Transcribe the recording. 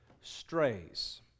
strays